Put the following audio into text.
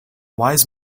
wise